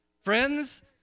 Friends